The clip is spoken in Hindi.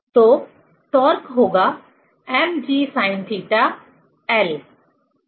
तो टॉर्क होगा mgsinθ L सही